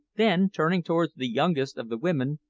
then turning towards the youngest of the women,